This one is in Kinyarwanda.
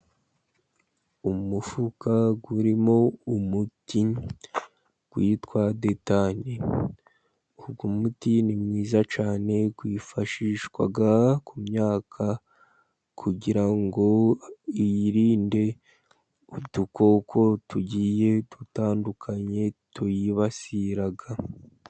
Umufuka urimo umuti witwa detane. Uyu muti ni mwiza cyane wifashishwa ku myaka, kugira ngo uyirinde udukoko tugiye dutandukanye tuyibasira.